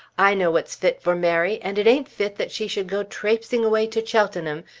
i know what's fit for mary, and it ain't fit that she should go trapesing away to cheltenham,